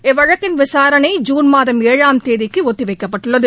இவ்வழக்கின் விசாரணை ஜூன் மாதம் ஏழாம் தேதிக்கு ஒத்திவைக்கப்பட்டுள்ளது